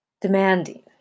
demanding